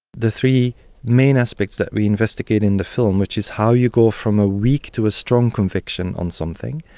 the three main aspects that we investigate in the film, which is how you go from a weak to a strong conviction on something,